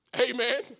Amen